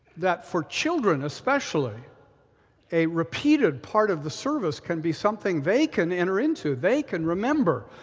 that for children especially a repeated part of the service can be something they can enter into, they can remember.